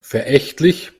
verächtlich